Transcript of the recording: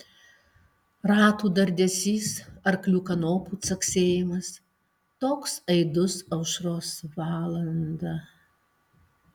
ratų dardesys arklių kanopų caksėjimas toks aidus aušros valandą